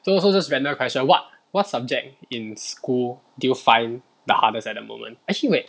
so so just random question what what subject in school do you find the hardest at the moment actually wait